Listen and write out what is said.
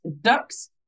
ducks